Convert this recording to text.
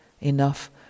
Enough